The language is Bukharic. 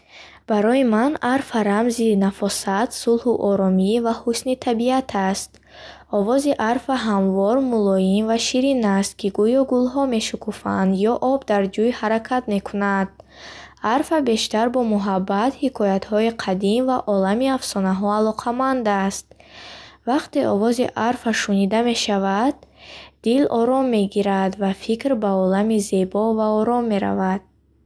Барои ман арфа рамзи нафосат, сулҳу оромӣ ва ҳусни табиат аст. Овози арфа ҳамвор, мулоим ва ширин аст, ки гӯё гулҳо мешукуфанд ё об дар ҷӯй ҳаракат мекунад. Арфа бештар бо муҳаббат, ҳикоятҳои қадим ва олами афсонаҳо алоқаманд аст. Вақте овози арфа шунида мешавад, дил ором мегирад ва фикр ба олами зебо ва ором меравад.